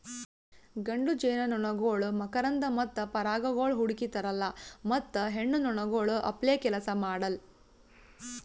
ಗಂಡು ಜೇನುನೊಣಗೊಳ್ ಮಕರಂದ ಮತ್ತ ಪರಾಗಗೊಳ್ ಹುಡುಕಿ ತರಲ್ಲಾ ಮತ್ತ ಹೆಣ್ಣ ನೊಣಗೊಳ್ ಅಪ್ಲೇ ಕೆಲಸ ಮಾಡಲ್